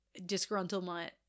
disgruntlement